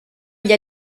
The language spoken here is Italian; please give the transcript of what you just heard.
gli